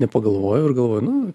nepagalvojau ir galvoju nu